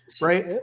right